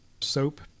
Soap